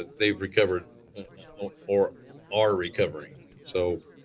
they've recovered or are recovering. so